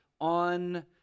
on